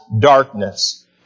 darkness